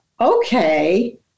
okay